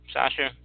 Sasha